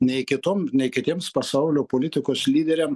nei kitom nei kitiems pasaulio politikos lyderiam